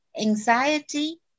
anxiety